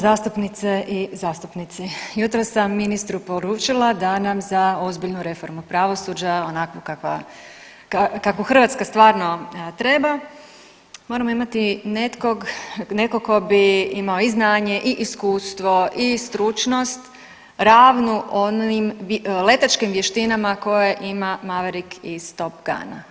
zastupnice i zastupnici, jutros sam ministru poručila da nam za ozbiljnu reformu pravosuđa onakvu kakvu Hrvatska stvarno treba moramo imati nekog tko bi imao i znanje i iskustvo i stručnost ravnu onim letačkim vještinama koje ima Maverick iz Top Guna.